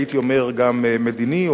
הייתי אומר גם מדיני,